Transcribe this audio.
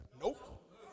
Nope